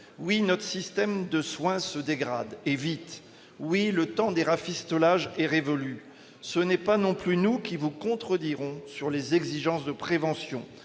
oui, notre système de soins se dégrade et vite, oui, le temps des rafistolages est révolu, ce n'est pas non plus nous qui vous contrediront sur les exigences de prévention,